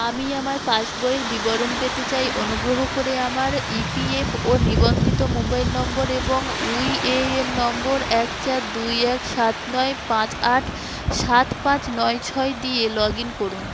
আমি আমার পাসবইয়ের বিবরণ পেতে চাই অনুগ্রহ করে আমার ইপিএফও নিবন্ধিত মোবাইল নম্বর এবং ইউএএন নম্বর এক চার দুই এক সাত নয় পাঁচ আট সাত পাঁচ নয় ছয় দিয়ে লগইন করুন